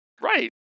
Right